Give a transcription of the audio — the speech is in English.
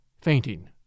fainting